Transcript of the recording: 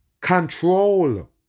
control